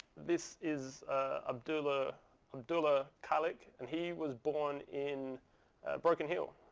this is abdullah abdullah khalik. and he was born in broken hill.